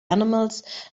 animals